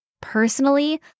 Personally